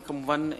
אני, כמובן,